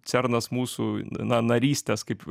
cernas mūsų na narystės kaip